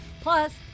Plus